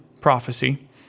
prophecy